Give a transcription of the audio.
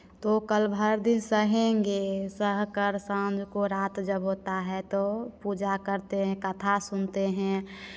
तो कल भर दिन सहेंगे सहकर साँझ को रात जब होता है तो पूजा करते हैं कथा सुनते हैं